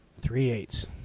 Three-eighths